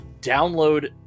download